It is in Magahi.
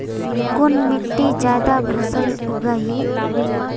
कुन मिट्टी ज्यादा फसल उगहिल?